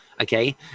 Okay